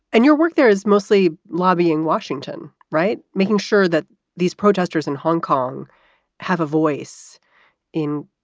and your work there is mostly lobby in washington, right. making sure that these protesters in hong kong have a voice in,